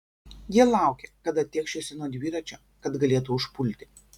jie laukė kada tėkšiuosi nuo dviračio kad galėtų užpulti